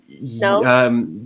No